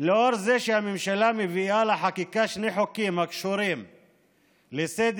לאור זה שהממשלה מביאה לחקיקה שני חוקים הקשורים לסדר